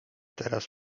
teraz